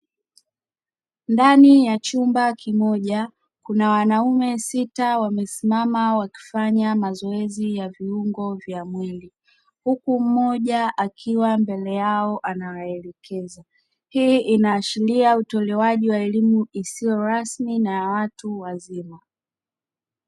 Ndani ya chumba kimoja kuna wanaume sita wamesimama wakifanya mazoezi ya viungo vya mwili, huku mmoja akiwa mbele yao anawaelekeza. Hii inaashiria utolewaji wa elimu isiyo rasmi na ya watu wazima.